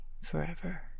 forever